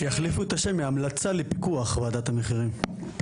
שיחליפו את השם מההמלצה לפיקוח ועדת המחירים.